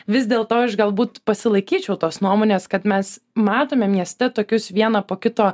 vis dėl to aš galbūt pasilaikyčiau tos nuomonės kad mes matome mieste tokius vieną po kito